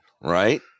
right